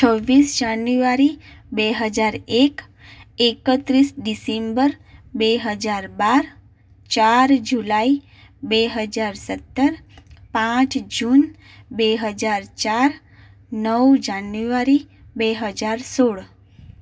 છવ્વીસ જાન્યુઆરી બે હજાર એક એકત્રીસ ડિસેમ્બર બે હજાર બાર ચાર જુલાઈ બે હજાર સત્તર પાંચ જૂન બે હજાર ચાર નવ જાન્યુઆરી બે હજાર સોળ